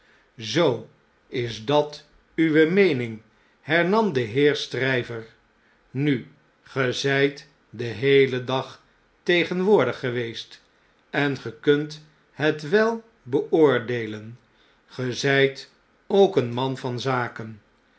zoo is dat uwe meening r hernam de heer stryver nu ge zp den heelen dag tegenwoordig geweest en ge kunt het wel beoordeelen ge zp ook een man van zaken